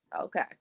Okay